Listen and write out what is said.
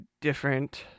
different